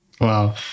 Wow